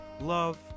love